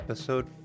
Episode